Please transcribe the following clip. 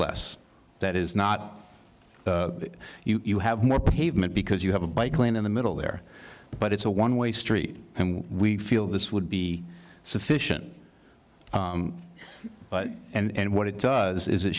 less that is not you have more pavement because you have a bike lane in the middle there but it's a one way street and we feel this would be sufficient and what it does is it